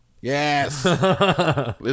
Yes